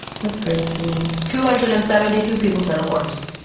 so pretty, two hundred and seventy two people said a horse.